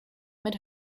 mit